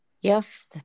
Yes